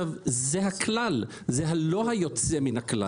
זה הכלל, זה לא היוצא מן הכלל.